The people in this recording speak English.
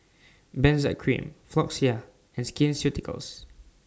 Benzac Cream Floxia and Skin Ceuticals